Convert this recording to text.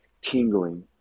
tingling